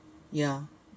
ya